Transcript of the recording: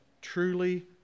truly